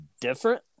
different